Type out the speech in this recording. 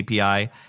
API